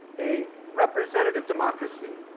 a representative democracy.